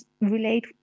relate